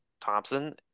Thompson